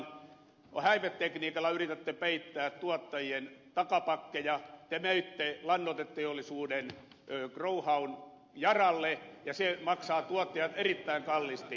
te häivetekniikalla yritätte peittää tuottajien takapakkeja te möitte lannoiteteollisuuden growhown yaralle ja sen maksavat tuottajat erittäin kalliisti